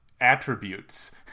Attributes